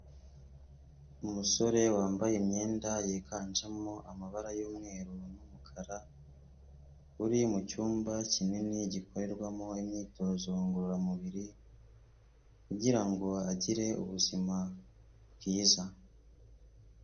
Umusore wambaye imyenda yiganjemo amabara y'umweru n'umukara, uri mu cyumba kinini gikorerwamo imyitozo ngororamubiri kugira ngo agire ubuzima bwiza.